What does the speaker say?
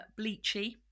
bleachy